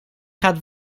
gaat